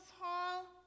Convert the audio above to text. hall